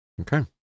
Okay